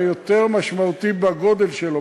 היותר-משמעותי בגודל שלו,